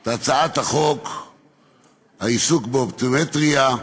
את הצעת חוק העיסוק באופטומטריה.